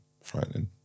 frightening